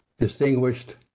distinguished